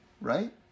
right